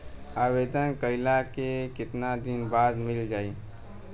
आवेदन कइला के कितना दिन बाद मिल जाई?